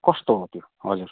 कस्तो हो त्यो हजुर